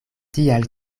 tial